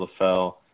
LaFell